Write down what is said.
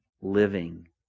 living